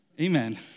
Amen